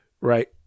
right